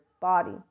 body